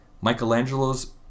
Michelangelo's